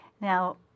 Now